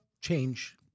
change